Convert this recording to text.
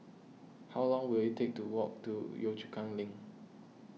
how long will it take to walk to Yio Chu Kang Link